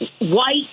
white